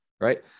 right